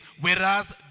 whereas